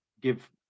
give